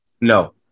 No